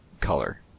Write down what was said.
color